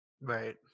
Right